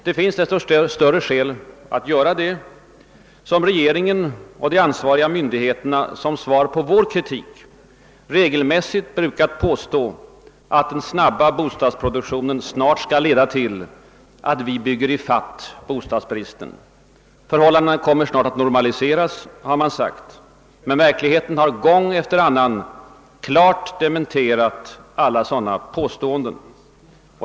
Det finns desto större skäl att göra det som regeringen och de ansvariga myndigheterna som svar på vår kritik regelmässigt brukat påstå, att den snabba bostadsproduktionen snart skulle leda till att vi byggde ifatt bostadsbristen. Förhållandena kommer snart att normaliseras, har man sagt, men verkligheten har gång efter annan klart dementerat alla sådana påståenden.